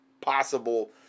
possible